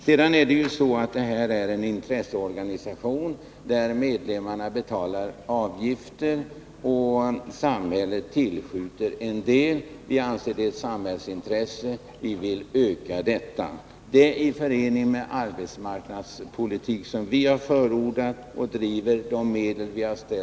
Sedan är det så att det ju är fråga om en intresseorganisation, där medlemmarna betalar avgifter och samhället tillskjuter en del. Vi anser det vara ett samhällsintresse, och vi vill ha en ökning här — i förening med den arbetsmarknadspolitik som vi har förordat och som vi driver med de medel som anvisats.